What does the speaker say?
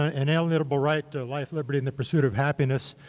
ah inalienable right to the life, liberty and the pursuit of happiness.